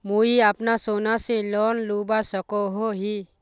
मुई अपना सोना से लोन लुबा सकोहो ही?